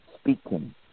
speaking